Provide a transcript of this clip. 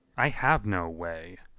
i have no way,